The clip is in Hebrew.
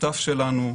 שותף שלנו,